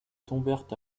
tombèrent